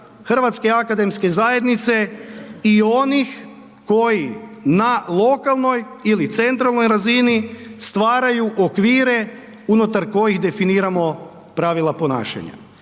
Hrvatske akademske zajednice i onih koji na lokalnoj ili centralnoj razini stvaraju okvire unutar kojih definiramo pravila ponašanja.